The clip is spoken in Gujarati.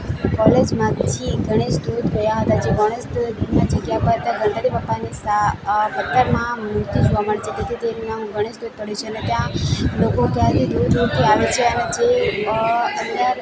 કોલેજમાંથી ગણેશ દૂધ ગયા હતા જે ગણેશ દૂધમાં જગ્યા પર તે ગણપતિ બાપ્પાની પથ્થરમાં મૂર્તિ જોવા મળતી હતી તેથી તેનું નામ ગણેશ અને ત્યાં લોકો ક્યાંથી દૂર દૂરથી આવે છે અને જે અંદર